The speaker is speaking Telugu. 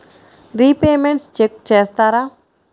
రిపేమెంట్స్ చెక్ చేస్తారా?